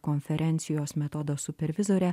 konferencijos metodo supervizore